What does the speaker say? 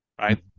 right